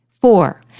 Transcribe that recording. Four